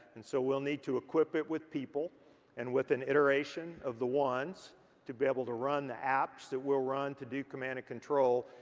and so we'll need to equip it with people and with an iteration of the ones to be able to run the apps that we'll run to do command and control.